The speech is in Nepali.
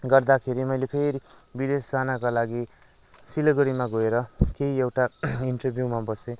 गर्दाखेरि मैले फेरि विदेश जानका लागि सिलगड़ीमा गएर केही एउटा इन्टरभ्यूमा बसेँ